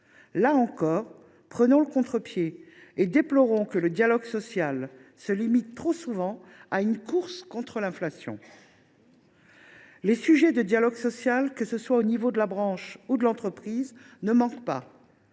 Là encore, prenons le contre pied et déplorons que le dialogue social se limite trop souvent à une course contre l’inflation. Les sujets de dialogue social, que ce soit au niveau de la branche ou de l’entreprise, ne manquent pas